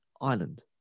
island